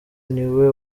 niwe